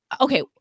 Okay